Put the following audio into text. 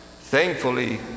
Thankfully